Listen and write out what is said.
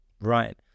Right